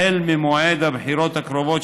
החל ממועד הבחירות הקרובות,